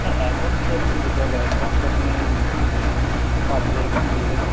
হ্যাঁ অ্যাডভান্স তো ম্যাম দিতে হবে অ্যাডভান্স আপনি পাঁচ হাজারের মতন দিয়ে দেবেন